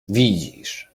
widzisz